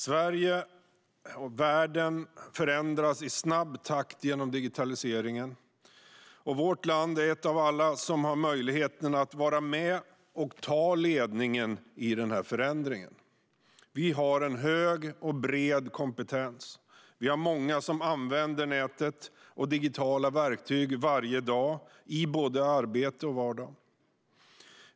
Sverige och världen förändras i snabb takt genom digitaliseringen, och vårt land är ett av alla som har möjligheten att vara med och ta ledningen i denna förändring. Vi har hög och bred kompetens. Vi har många som använder nätet och digitala verktyg varje dag, både i arbetet och på fritiden.